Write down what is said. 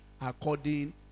according